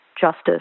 justice